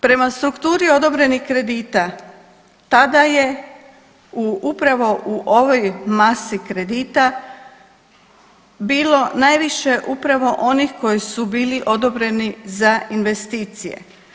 Prema strukturi odobrenih kredita tada je upravo u ovoj masi kredita bilo najviše upravo onih koji su bili odobreni za investicije.